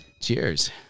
Cheers